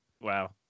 Wow